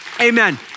Amen